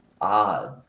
odd